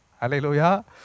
Hallelujah